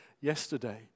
yesterday